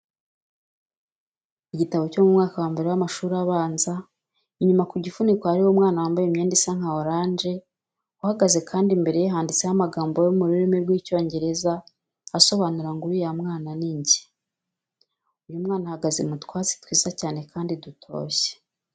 Igitabo cyo mu mwaka wa mbere w'amashuri abanza, inyuma ku gifuniko hariho umwana wambaye imyenda isa nka oranje uhagaze kandi imbere ye handitseho amagambo yo mu rurimi rw'Icyongereza asobanura ngo uriya mwana ni nge. Uyu mwana ahagaze mu twatsi twiza cyane kandi dutoshye.